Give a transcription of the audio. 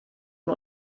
und